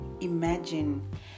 imagine